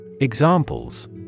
Examples